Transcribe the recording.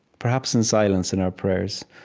perhaps in silence in our prayers,